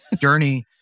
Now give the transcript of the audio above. journey